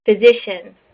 physician